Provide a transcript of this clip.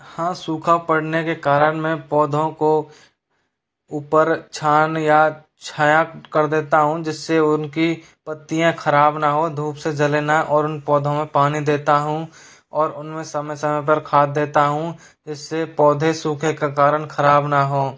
हाँ सूखा पड़ने के कारण मैं पौधों को ऊपर छान या छाया कर देता हूँ जिससे उनकी पत्तियाँ खराब ना हो धूप से जले ना और उन पौधों में पानी देता हूँ और उनमें समय समय पर खाद देता हूं जिससे पौधे सूखे के कारण खराब ना हो